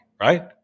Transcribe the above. right